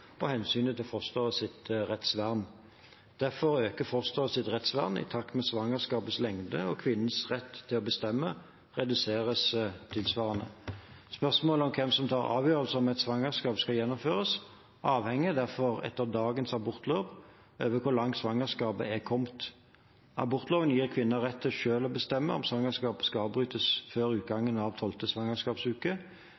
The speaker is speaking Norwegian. og hensynet til fosterets rettsvern. Derfor øker fosterets rettsvern i takt med svangerskapets lengde, og kvinnens rett til å bestemme reduseres tilsvarende. Spørsmålet om hvem som tar avgjørelsen om et svangerskap skal gjennomføres, avhenger derfor etter dagens abortlov av hvor langt svangerskapet er kommet. Abortloven gir kvinner rett til selv å bestemme om svangerskapet skal avbrytes før